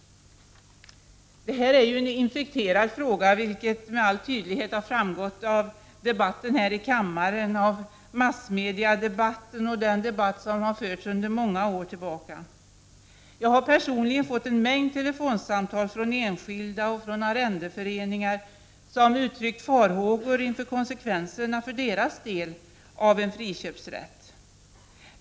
Detta är en infekterad fråga, vilket med all tydlighet har framgått av de batten här i kammaren, av massmediadebatten och den debatt som har förts sedan många år tillbaka. Jag har personligen fått en mängd telefonsamtal från enskilda och från arrendeföreningar som uttrycker farhågor inför konsekvenserna för deras del av en friköpsrätt.